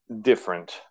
different